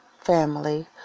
family